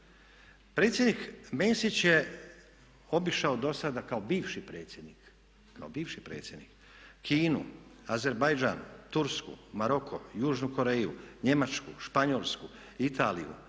Predsjednik Mesić je obišao dosada kao bivši predsjednik Kinu, Azerbajdžan, Tursku, Maroko, Južnu Koreju, Njemačku, Španjolsku, Italiju,